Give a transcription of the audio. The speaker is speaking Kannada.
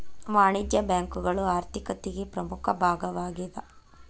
ವಾಣಿಜ್ಯ ಬ್ಯಾಂಕುಗಳು ಆರ್ಥಿಕತಿಗೆ ಪ್ರಮುಖ ಭಾಗವಾಗೇದ